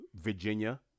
Virginia